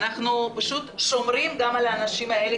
אנחנו פשוט שומרים גם על האנשים האלה